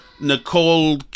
Nicole